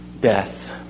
death